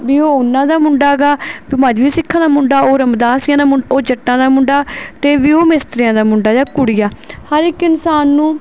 ਵੀ ਉਹ ਉਹਨਾਂ ਦਾ ਮੁੰਡਾ ਹੈਗਾ ਮਜ਼੍ਹਬੀ ਸਿੱਖਾਂ ਦਾ ਮੁੰਡਾ ਉਹ ਰਮਦਾਸੀਆਂ ਦਾ ਮੁੰ ਉਹ ਜੱਟਾਂ ਦਾ ਮੁੰਡਾ ਅਤੇ ਵੀ ਉਹ ਮਿਸਤਰੀਆਂ ਦਾ ਮੁੰਡਾ ਜਾਂ ਕੁੜੀ ਆ ਹਰ ਇੱਕ ਇਨਸਾਨ ਨੂੰ